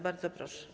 Bardzo proszę.